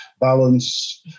balance